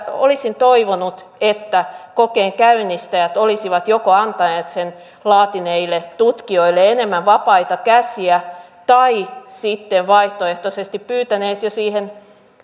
olisin toivonut että kokeen käynnistäjät olisivat joko antaneet sen laatineille tutkijoille enemmän vapaita käsiä tai sitten vaihtoehtoisesti pyytäneet jo